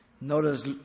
Notice